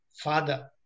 Father